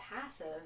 passive